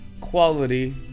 quality